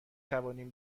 توانیم